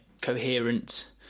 coherent